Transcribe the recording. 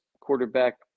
quarterback